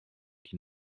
qui